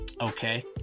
Okay